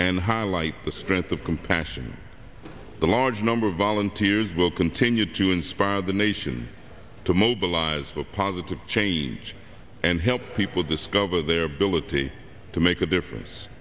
and highlight the strength of compassion the large number of volunteers will continue to inspire the nation to mobilize for positive change and help people discover their ability to make a difference